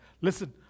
listen